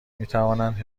میتوانند